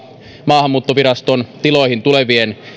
maahanmuuttoviraston tiloihin tulevien